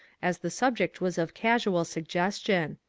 as the subject was of casual suggestion.